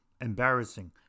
Embarrassing